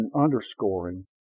underscoring